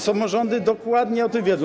Samorządy dokładnie o tym wiedzą.